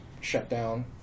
shutdown